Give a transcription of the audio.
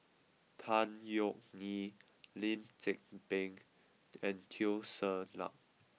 Tan Yeok Nee Lim Tze Peng and Teo Ser Luck